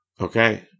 Okay